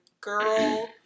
girl